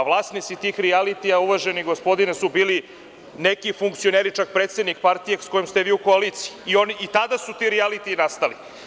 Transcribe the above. Vlasnici tih rijalitija, uvaženi gospodine, su bili neki funkcioneri, čak i predsednik partije sa kojim ste vi u koaliciji i tada su ti rijaliti nastali.